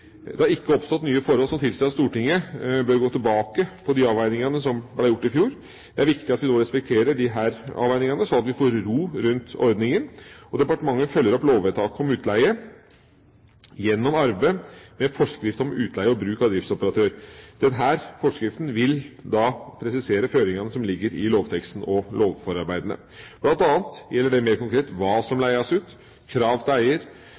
Det har ikke oppstått nye forhold som tilsier at Stortinget bør gå tilbake på de avveiningene som ble gjort i fjor. Det er viktig at vi nå respekterer disse avveiningene, slik at vi får ro rundt ordninga. Departementet følger opp lovvedtaket om utleie gjennom arbeidet med forskrift om utleie og bruk av driftsoperatør. Denne forskriften vil presisere føringene som ligger i lovteksten og lovforarbeidene. Blant annet gjelder det mer konkret hva som leies ut, krav til eier,